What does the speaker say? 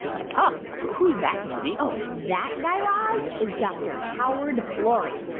but who's that, mindy? oh, that, guy raz, is dr. howard florey.